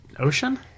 ocean